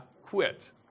quit